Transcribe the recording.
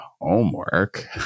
homework